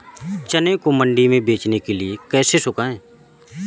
चने को मंडी में बेचने के लिए कैसे सुखाएँ?